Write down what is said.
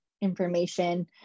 information